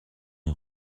est